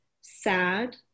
sad